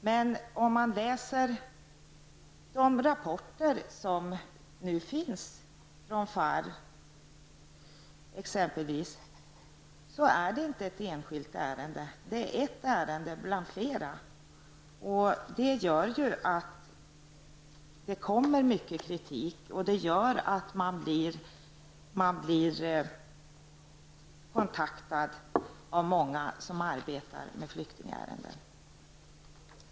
Men om man läser de rapporter som nu finns från FARR serman att det inte är fråga om ett enskilt ärende. Det är ett ärende bland flera. Det gör att det framkommer mycket kritik, och det gör att man blir kontaktad av många som arbetar med flyktingärenden.